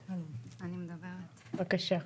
בבקשה.